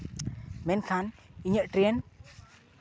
ᱢᱮᱱᱠᱷᱟᱱ ᱤᱧᱟᱹᱜ ᱴᱨᱮᱹᱱ